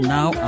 Now